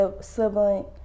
sibling